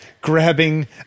grabbing